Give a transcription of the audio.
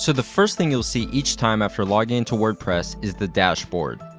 so the first thing you'll see each time after logging in to wordpress is the dashboard.